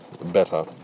better